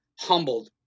humbled